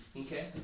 Okay